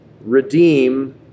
redeem